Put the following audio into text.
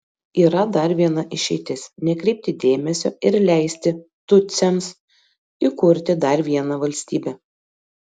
yra dar viena išeitis nekreipti dėmesio ir leisti tutsiams įkurti dar vieną valstybę